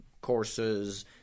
courses